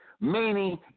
Meaning